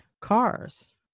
cars